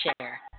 share